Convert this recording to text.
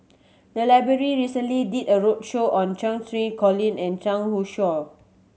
the library recently did a roadshow on Cheng Xinru Colin and Zhang Youshuo